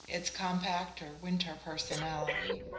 its compacter winter personality.